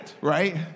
right